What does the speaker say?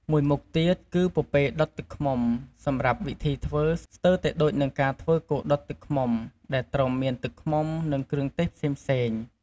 មួយមុខទៀត គឺពពែដុតទឹកឃ្មុំ សម្រាប់វិធីធ្វើ ស្ទើរតែដូចនឹងការធ្វើគោដុតទឹកឃ្មុំ ដែលត្រូវមានទឹកឃ្មុំ និងគ្រឿងទេសផ្សេងៗ។